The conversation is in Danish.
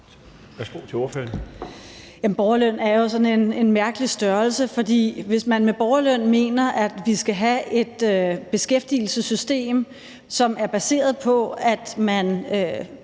Borgerløn er sådan en mærkelig størrelse. For hvis man med borgerløn mener, at vi skal have et beskæftigelsessystem, som er baseret på, at man